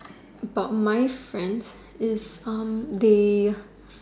about my friend is erm they